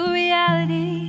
reality